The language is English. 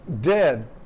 dead